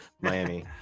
Miami